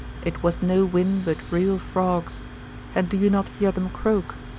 it was no wind, but real frogs and do you not hear them croak?